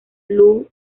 lou